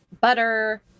butter